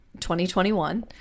2021